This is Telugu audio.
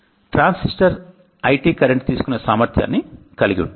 ట్రాన్సిస్టర్ IT కరెంటు తీసుకొనే సామర్థ్యాన్ని కలిగి ఉంటుంది